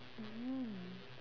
mm